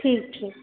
ठीक छै